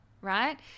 right